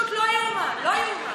למה אני לא מקבלת "די" ו"תודה"?